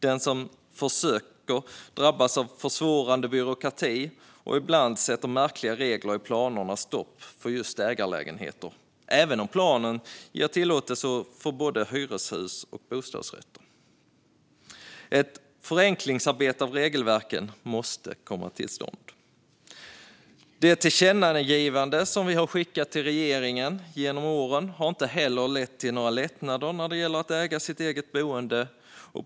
Den som försöker bygga sådana drabbas av försvårande byråkrati, och ibland sätter märkliga regler i planerna stopp för just ägarlägenheter även om planen ger tillåtelse för både hyreshus och bostadsrätter. Ett förenklingsarbete av regelverken måste komma till stånd. De tillkännagivanden som vi har skickat till regeringen genom åren har inte heller lett till några lättnader när det gäller att äga sitt boende.